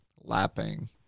lapping